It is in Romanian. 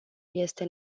este